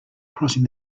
crossing